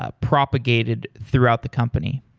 ah propagated throughout the company?